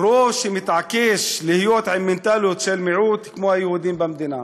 רוב שמתעקש להיות עם מנטליות של מיעוט כמו היהודים במדינה.